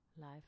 life